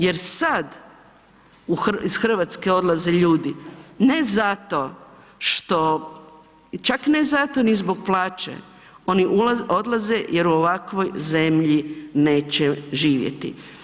Jer sad iz Hrvatske odlaze ljudi ne zato što, čak ne zato ni zbog plaće oni odlaze jer u ovakvoj zemlji neće živjeti.